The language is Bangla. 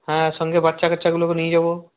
হ্যাঁ সঙ্গে বাচ্চাকাচ্চাগুলোকেও নিয়ে যাবো